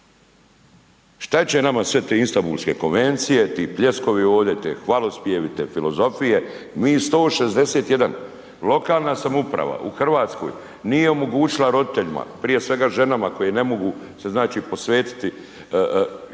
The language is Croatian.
Šta će nama sve te Istanbulske konvencije, ti pljeskovi ovde, te hvalospjevi, te filozofije, mi 161, lokalna samouprava u Hrvatskoj nije omogućila roditeljima prije svega ženama koje ne mogu se znači posvetiti imati